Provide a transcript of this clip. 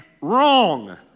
wrong